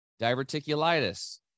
diverticulitis